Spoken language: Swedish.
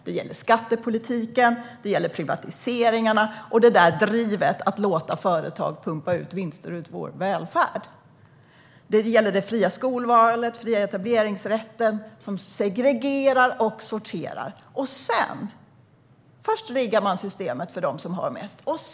Det gäller skattepolitiken, privatiseringarna och det där drivet att låta företag pumpa ut vinster ur vår välfärd. Det gäller också det fria skolvalet och den fria etableringsrätten, som segregerar och sorterar. Först riggar man systemet för dem som har mest.